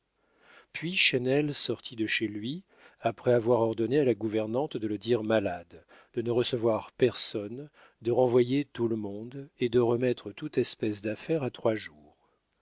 puis chesnel sortit de chez lui après avoir ordonné à la gouvernante de le dire malade de ne recevoir personne de renvoyer tout le monde et de remettre toute espèce d'affaire à trois jours